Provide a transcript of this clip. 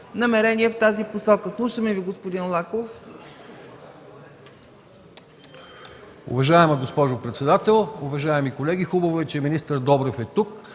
намерения в тази посока? Слушаме Ви, господин Лаков.